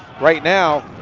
right now,